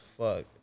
fuck